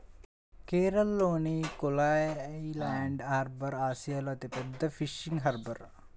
కేరళలోని కోయిలాండి హార్బర్ ఆసియాలో అతిపెద్ద ఫిషింగ్ హార్బర్